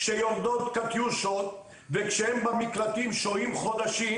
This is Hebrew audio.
שיורדות קטיושות ושהם במקלטים שוהים חודשים,